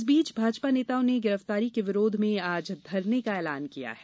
इस बीच भाजपा नेताओं ने गिरफ्तारी के विरोध में आज धरने का ऐलान किया है